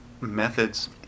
methods